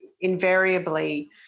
invariably